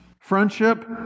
friendship